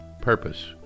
purpose